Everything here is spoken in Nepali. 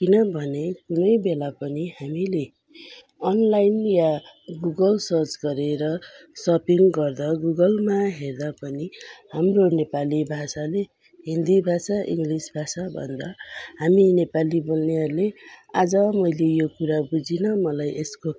किनभने कुनै बेला पनि हामीले अनलाइन या गुगल सर्च गरेर सपिङ गर्दा गुगलमा हेर्दा पनि हाम्रो नेपाली भाषाले हिन्दी भाषा इङ्ग्लिस भाषा भन्दा हामी नेपाली बोल्नेहरूले आज मैले यो कुरा बुझिनँ मलाई यसको